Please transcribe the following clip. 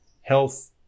health